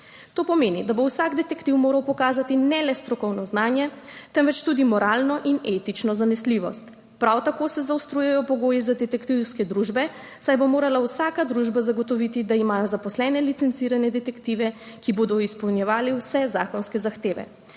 To pomeni, da bo vsak detektiv moral pokazati ne le strokovno znanje, temveč tudi moralno in etično zanesljivost. Prav tako se zaostrujejo pogoji za detektivske družbe, saj bo morala vsaka družba zagotoviti, da ima zaposlene licencirane detektive, ki bodo izpolnjevali vse zakonske zahteve.